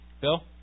Bill